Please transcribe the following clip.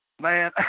Man